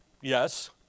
Yes